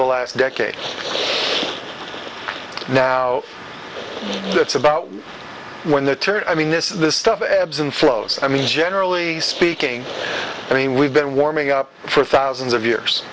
the last decade now that's about when the turn i mean this is the stuff ebbs and flows i mean generally speaking i mean we've been warming up for thousands of years